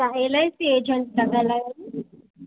तव्हां L I C agent था ॻाल्हायो न